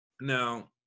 Now